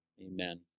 amen